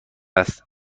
است